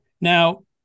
Now